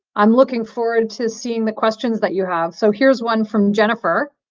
i'm looking forward to seeing the questions that you have so here's one from jennifer.